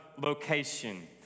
location